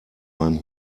beim